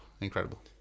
incredible